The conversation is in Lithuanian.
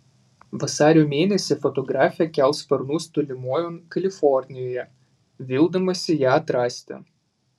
vasario mėnesį fotografė kels sparnus tolimojon kalifornijoje vildamasi ją atrasti